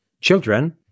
children